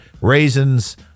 Raisins